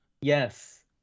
Yes